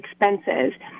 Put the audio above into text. expenses